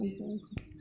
five seven six